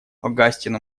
огастину